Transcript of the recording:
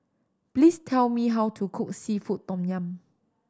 please tell me how to cook seafood tom yum